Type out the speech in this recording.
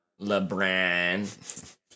LeBron